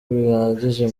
bihagije